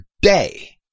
day